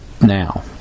now